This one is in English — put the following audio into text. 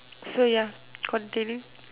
so ya continue